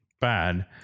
bad